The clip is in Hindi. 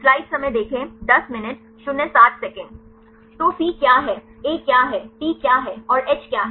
तो C क्या है A क्या है T क्या है और H क्या है